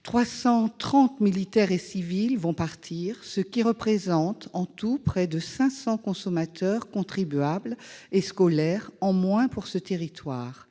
330 militaires et civils vont partir, ce qui représente en tout près de 500 consommateurs, contribuables et scolaires en moins pour ce territoire.